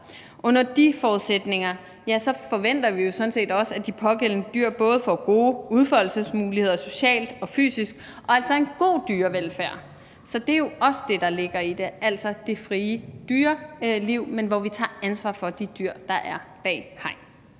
Under de forudsætninger forventer vi jo sådan set også, at de pågældende dyr både får gode udfoldelsesmuligheder socialt og fysisk og altså en god dyrevelfærd. Så det er jo også det, der ligger i det, altså det frie dyreliv, men hvor vi tager ansvar for de dyr, der er bag hegn.